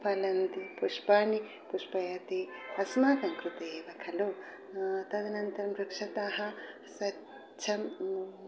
फलन्ति पुष्पाणि पुष्पयति अस्माकं कृते एव खलु तदनन्तरं वृक्षकाः स्वच्छम्